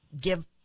Give